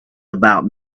about